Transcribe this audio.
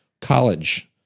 college